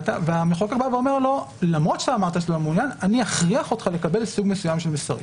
והמחוקק אומר לו: למרות זאת אכריח אותך לקבל סוג מסוים של מסרים.